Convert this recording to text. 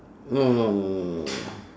no no